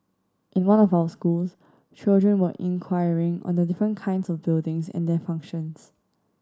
in one of our schools children were inquiring on the different kinds of buildings and their functions